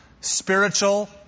spiritual